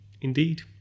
indeed